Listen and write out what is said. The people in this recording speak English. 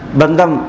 bandam